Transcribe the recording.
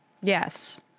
Yes